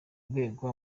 urwego